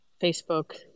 Facebook